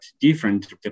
different